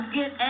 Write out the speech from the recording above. get